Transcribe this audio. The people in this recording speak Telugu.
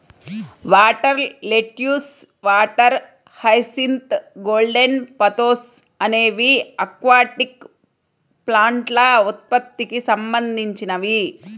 water lettuce, water hyacinth, golden pothos అనేవి ఆక్వాటిక్ ప్లాంట్ల ఉత్పత్తికి సంబంధించినవి